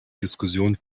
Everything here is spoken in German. diskussionen